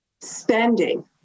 spending